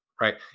right